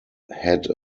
had